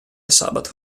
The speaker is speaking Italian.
sabato